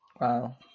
wow